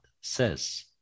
says